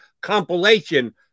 compilation